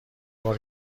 بار